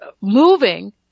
moving